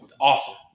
awesome